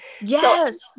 yes